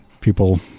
people